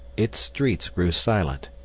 its streets grew silent,